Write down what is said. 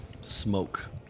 smoke